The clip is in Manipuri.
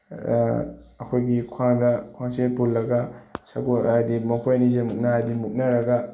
ꯑꯩꯈꯣꯏꯒꯤ ꯈ꯭ꯋꯥꯡꯗ ꯈ꯭ꯋꯥꯡꯆꯦꯠ ꯄꯨꯜꯂꯒ ꯁꯒꯣꯜ ꯍꯥꯏꯗꯤ ꯃꯈꯣꯏ ꯑꯅꯤꯁꯦ ꯃꯨꯛꯅꯥ ꯍꯥꯏꯗꯤ ꯃꯨꯛꯅꯔꯒ